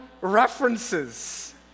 references